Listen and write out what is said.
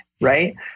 right